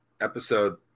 episode